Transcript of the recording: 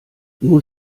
nun